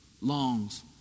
longs